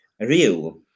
real